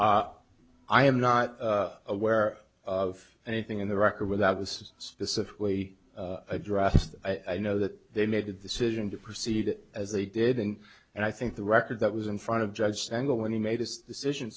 say i am not aware of anything in the record without was specifically addressed i know that they made a decision to proceed as they did and and i think the record that was in front of judge angle when he made this decision